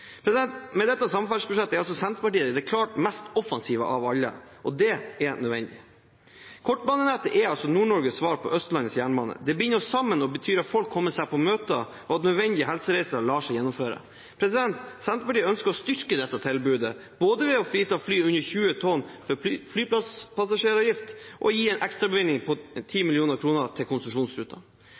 Med dette samferdselsbudsjettet er Senterpartiet det klart mest offensive partiet av alle. Det er nødvendig. Kortbanenettet er Nord-Norges svar på Østlandets jernbane. Det binder oss sammen, betyr at folk kommer seg på møter, og at nødvendige helsereiser lar seg gjennomføre. Senterpartiet ønsker å styrke dette tilbudet, både ved å frita fly under 20 tonn fra flypassasjeravgift og ved å gi en ekstrabevilgning på 10 mill. kr til konsesjonsrutene.